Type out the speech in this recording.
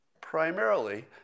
primarily